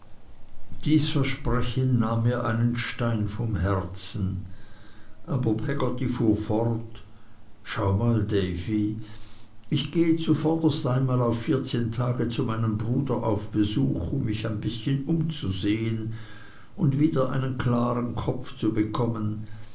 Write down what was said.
dies versprechen nahm mir einen stein vom herzen aber peggotty fuhr noch fort schau mal davy ich gehe zuvörderst einmal auf vierzehn tage zu meinem bruder auf besuch um mich ein bißchen umzusehen und wieder einen klaren kopf zu bekommen